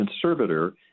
conservator